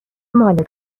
مال